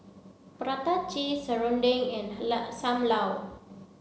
prata cheese serunding and sam lau